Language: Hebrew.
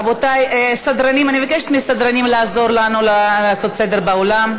אני מבקשת מהסדרנים לעזור לנו לעשות סדר באולם.